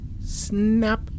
Snap